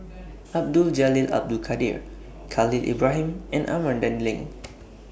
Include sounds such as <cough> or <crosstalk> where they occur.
<noise> Abdul Jalil Abdul Kadir Khalil Ibrahim and Amanda Heng